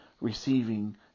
receiving